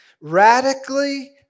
radically